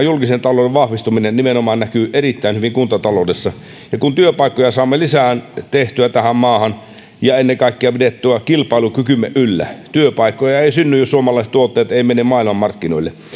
julkisen talouden vahvistuminen nimenomaan näkyy erittäin hyvin kuntataloudessa ja kun työpaikkoja saamme lisää tehtyä tähän maahan ja ennen kaikkea pidettyä kilpailukykymme yllä työpaikkoja ei synny jos suomalaiset tuotteet eivät mene maailmanmarkkinoille